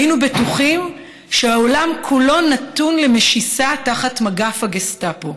היינו בטוחים שהעולם כולו נתון למשיסה תחת מגף הגסטפו.